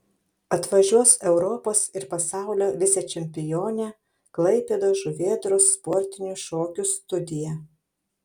atvažiuos europos ir pasaulio vicečempionė klaipėdos žuvėdros sportinių šokių studija